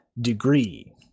degree